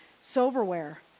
silverware